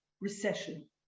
recession